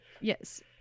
Yes